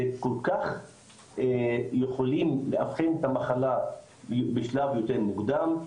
זה כל-כך יכולים לאבחן את המחלה בשלב יותר מוקדם,